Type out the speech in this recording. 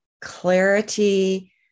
clarity